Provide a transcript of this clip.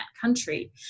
country